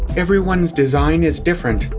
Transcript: everyone's design is different.